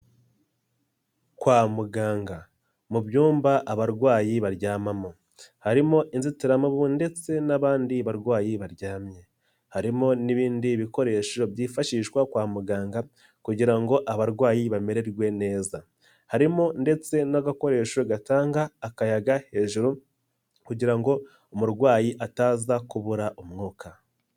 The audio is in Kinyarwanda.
Kwa muganga, mu byumba abarwayi baryamamo harimo inzitiramabu ndetse n'abandi barwayi baryamye harimo n'ibindi bikoresho byifashishwa kwa muganga kugira ngo abarwayi bamererwe neza, harimo ndetse n'agakoresho gatanga akayaga hejuru kugira ngo umurwayi ataza kubura umwuka.